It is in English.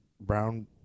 brown